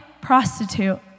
prostitute